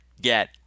Get